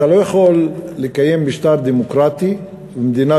אתה לא יכול לקיים משטר דמוקרטי ומדינה